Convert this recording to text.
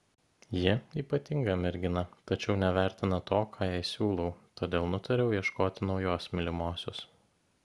ji ypatinga mergina tačiau nevertina to ką jai siūlau todėl nutariau ieškoti naujos mylimosios